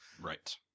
Right